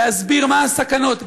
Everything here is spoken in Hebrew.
להסביר מה הסכנות,